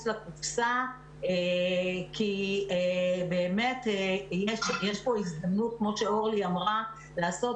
לקופסה כי באמת יש פה הזדמנות כמו שאורלי אמרה לעשות